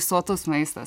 sotus maistas